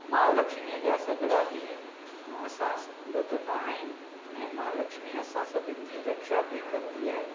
महालक्ष्मीअ जा सॻिड़ा बि असां बधंदा आहियूं ऐं महालक्ष्मी असां सभिनी जी रक्षा बि कंदी आहे